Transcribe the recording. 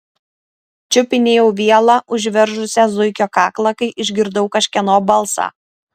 čiupinėjau vielą užveržusią zuikio kaklą kai išgirdau kažkieno balsą